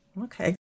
Okay